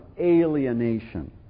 alienation